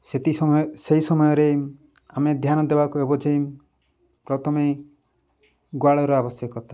ସେଥି ସମୟ ସେଇ ସମୟରେ ଆମେ ଧ୍ୟାନ ଦେବାକୁ ହେବ ଯେ ପ୍ରଥମେ ଗୁହାଳର ଆବଶ୍ୟକତା